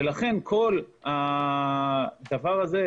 ולכן כל הדבר הזה,